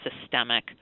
systemic